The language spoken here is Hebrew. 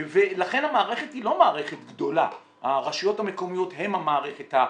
לכן המערכת היא לא מערכת גדולה.